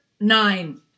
nine